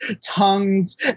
tongues